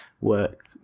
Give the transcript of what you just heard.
work